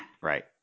Right